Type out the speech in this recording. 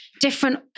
different